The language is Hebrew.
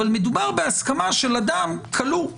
אבל מדובר בהסכמה של אדם כלוא,